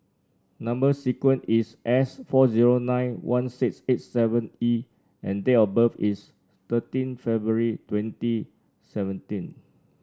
number sequence is S four zero nine one six eight seven E and date of birth is thirteen February twenty seventeen